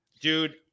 dude